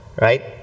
right